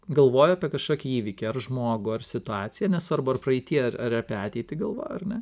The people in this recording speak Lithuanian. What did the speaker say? galvoju apie kažkokį įvykį ar žmogų ar situaciją nesvarbu ar praeity ar apie ateitį galvoju ar ne